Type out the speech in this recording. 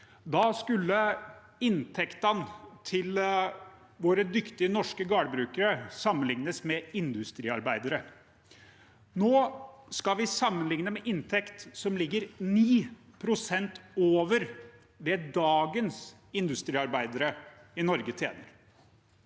skulle inntektene til våre dyktige norske gårdbrukere sammenlignes med industriarbeidernes. Nå skal vi sammenligne med inntekt som ligger 9 pst. over det dagens industriarbeidere i Norge tjener.